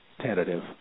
tentative